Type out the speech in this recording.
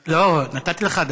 לא, נתתי לך דקה.